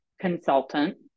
consultant